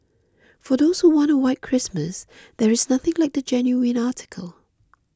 for those who want a white Christmas there is nothing like the genuine article